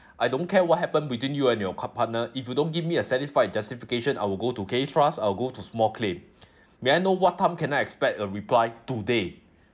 I don't care what happened between you and your co~ partner if you don't give me a satisfied justification I will go to I will go to small claim may I know what time can I expect a reply today